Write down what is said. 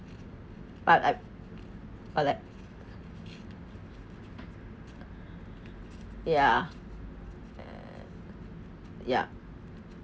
but I I like ya yup